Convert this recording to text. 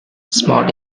smart